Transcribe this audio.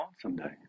someday